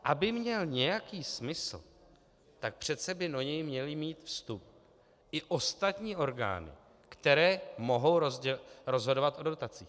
Aby měl nějaký smysl, tak přece by do něj měly mít vstup i ostatní orgány, které mohou rozhodovat o dotacích.